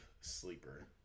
sleeper